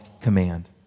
command